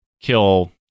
kill